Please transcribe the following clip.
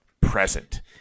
present